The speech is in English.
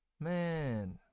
Man